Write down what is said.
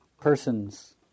persons